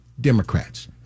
Democrats